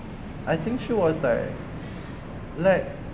I think she was like like